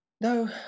No